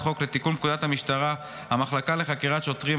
חוק לתיקון פקודת המשטרה (המחלקה לחקירת שוטרים),